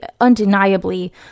undeniably